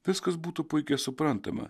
viskas būtų puikiai suprantama